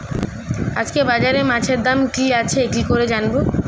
আজকে বাজারে মাছের দাম কি আছে কি করে জানবো?